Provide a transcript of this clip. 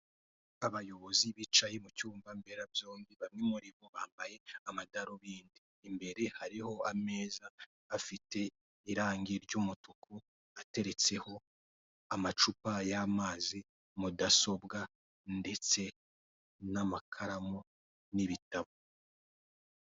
Abayobozi bicaye mu cyumba mbera byombi, bamwe muri bo bambaye amadarubindi, imbere hariho ameza afite irangi ry'umutuku, ateretseho amacupa y'amazi, mudasobwa, ndetse n'amakaramu n'ibitabo.